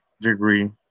degree